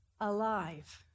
alive